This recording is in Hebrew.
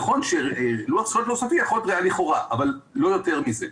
נכון שלוח זכויות לא סופי יכול להיות ראיה לכאורה אבל לא יותר מזה.